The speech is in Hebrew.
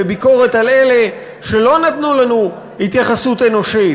בביקורת על אלה שלא נתנו לנו התייחסות אנושית